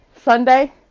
sunday